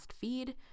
feed